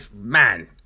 man